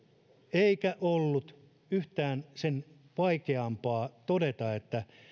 eikä ollut yhtään sen vaikeampaa todeta että